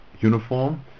uniform